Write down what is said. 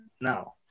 now